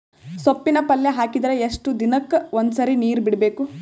ಸೊಪ್ಪಿನ ಪಲ್ಯ ಹಾಕಿದರ ಎಷ್ಟು ದಿನಕ್ಕ ಒಂದ್ಸರಿ ನೀರು ಬಿಡಬೇಕು?